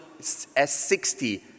S60